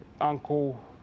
uncle